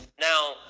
Now